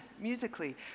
musically